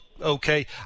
okay